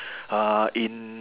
uh in